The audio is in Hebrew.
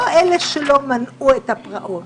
לא אלה שלא מנעו את הפרעות,